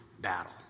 battle